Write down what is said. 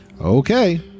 Okay